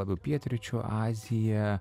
labiau pietryčių aziją